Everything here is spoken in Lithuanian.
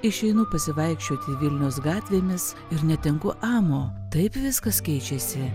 išeinu pasivaikščioti vilniaus gatvėmis ir netenku amo taip viskas keičiasi